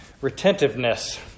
retentiveness